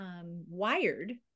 wired